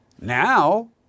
Now